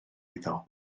iddo